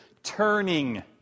Turning